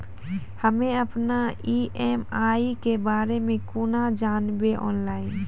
हम्मे अपन ई.एम.आई के बारे मे कूना जानबै, ऑनलाइन?